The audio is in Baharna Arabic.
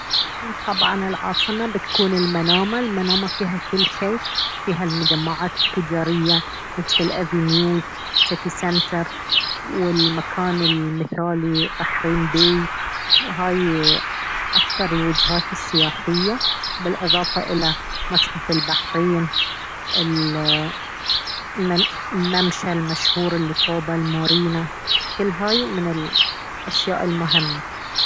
طبعا العاصمة بتكون المنامة المنامة فيها كل شي فيها المجمعات التجارية نفس الأفينيوز ستي سنتر والمكان المثالي بحرين بي هاي أكثر الوجهات السياحية بالإضافة إلى متحف البحرين الممشى المشهور الي صوب المارينا كل هاي من الأشياء المهمة